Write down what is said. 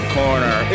corner